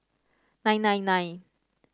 nine nine nine